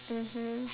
mmhmm